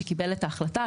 שקיבל את ההחלטה.